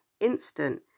instant